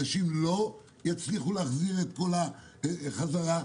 אנשים לא יצליחו להחזיר את כל הבקבוקים חזרה,